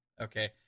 okay